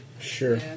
Sure